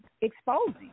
exposing